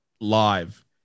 live